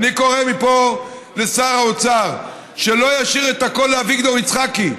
אני קורא מפה לשר האוצר שלא ישאיר את הכול לאביגדור יצחקי,